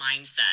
mindset